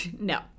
No